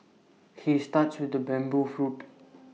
he starts with the bamboo flute